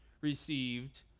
received